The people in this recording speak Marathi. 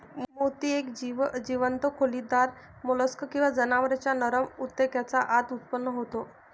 मोती एक जीवंत खोलीदार मोल्स्क किंवा जनावरांच्या नरम ऊतकेच्या आत उत्पन्न होतो